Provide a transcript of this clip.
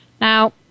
Now